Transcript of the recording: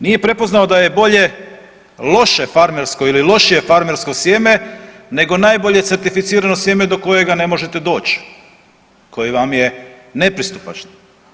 Nije prepoznao da je bolje loše farmersko ili lošije farmersko sjeme nego najbolje certificirano sjeme do kojega ne možete doći, koje vam je nepristupačno.